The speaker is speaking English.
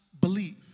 believe